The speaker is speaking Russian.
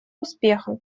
успеха